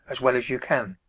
as well as you can,